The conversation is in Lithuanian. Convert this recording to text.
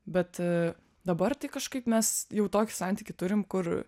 bet dabar tai kažkaip mes jau tokį santykį turim kur